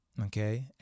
okay